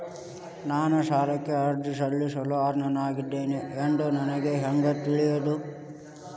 ನಾನು ಸಾಲಕ್ಕೆ ಅರ್ಜಿ ಸಲ್ಲಿಸಲು ಅರ್ಹನಾಗಿದ್ದೇನೆ ಎಂದು ನನಗೆ ಹೇಗೆ ತಿಳಿಯುವುದು?